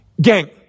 Gang